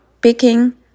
picking